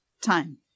time